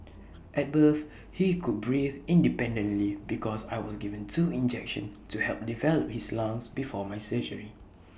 at birth he could breathe independently because I was given two injections to help develop his lungs before my surgery